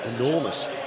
enormous